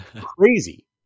crazy